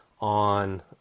on